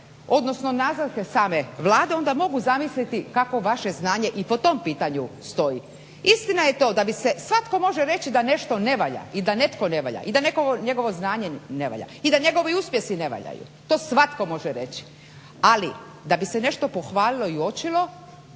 odnosno nazatke same Vlade onda mogu zamisliti kakvo vaše znanje i po tom pitanju stoji. Istina je to da bi se svatko može reći da nešto ne valja i da netko ne valja i da neko njegovo znanje ne valja i da njegovi uspjesi ne valjaju, to svatko može reći, ali da bi se nešto pohvalilo i uočilo